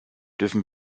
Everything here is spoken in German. dürfen